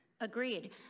Agreed